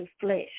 flesh